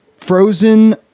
Frozen